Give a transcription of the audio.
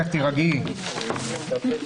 לגבי בתי מלון